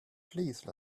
please